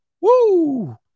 Woo